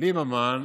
ליברמן